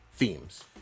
Themes